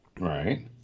Right